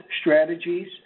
strategies